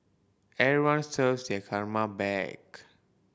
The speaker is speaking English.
everyone serves their karma back